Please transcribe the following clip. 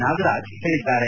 ನಾಗರಾಜ್ ಹೇಳಿದ್ದಾರೆ